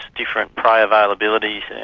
different prey availabilities,